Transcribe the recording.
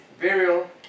burial